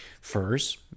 furs